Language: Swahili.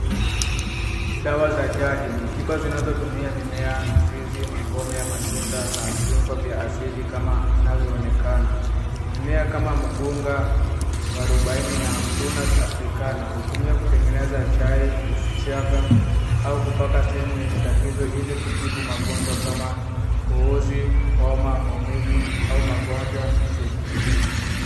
Dawa za jadi, ni tiba zinazotumia mimea, mizizi, makome ya matunda na viungo vya asili kama inavyoonekana. Mimea kama Mugunga, Mwarubaini na Prunus africana , hutumiwa kutengeneza chai, kusiaga au kupaka sehemu yenye tatizo ili kutibu magonjwa kama kikohozi, homa, maumivu au magonjwa sugu.